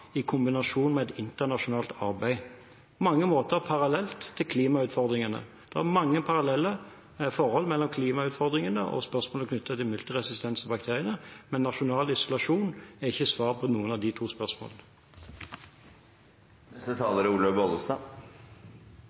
i kombinasjon med internasjonalt arbeid. På mange måter er dette parallelt til klimautfordringene: Det er mange paralleller mellom klimautfordringene og spørsmålet knyttet til multiresistente bakterier, men nasjonal isolasjon er ikke svar på noen av de to spørsmålene. Når jeg velger å ta ordet, er